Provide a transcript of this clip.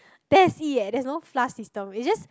that's it eh there's no flush flush system it's just